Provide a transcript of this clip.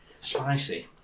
spicy